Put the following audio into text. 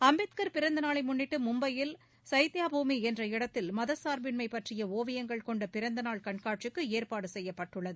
அம்பேத்கர் பிறந்தநாளை முன்னிட்டு மும்பையில் சைத்தியா பூமி என்ற இடத்தில் மதச்சார்பின்மை பற்றிய ஓவியங்கள் கொண்ட பிறந்தநாள் கண்காட்சிக்கு ஏற்பாடு செய்யப்பட்டுள்ளது